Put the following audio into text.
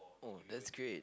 oh that's great